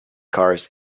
cars